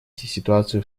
ситуацию